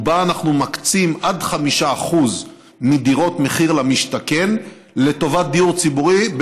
ובה אנחנו מקצים עד 5% מדירות מחיר למשתכן לדיור ציבורי,